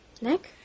Nick